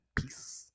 Peace